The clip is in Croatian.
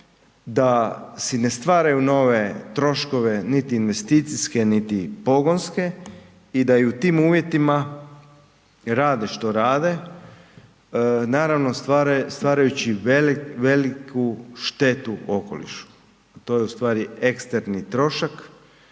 da si ne stvaraju nove troškove, niti investicijske niti pogonske i da u tim uvjetima rade što rade, naravno stvarajući veliku štetu okolišu. To je ustvari eksterni trošak,